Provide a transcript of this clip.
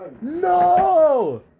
No